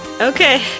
Okay